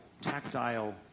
tactile